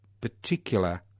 Particular